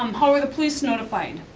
um how were the police notified?